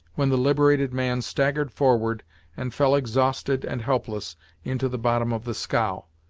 when the liberated man staggered forward and fell exhausted and helpless into the bottom of the scow.